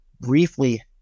briefly